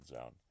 out